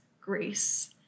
grace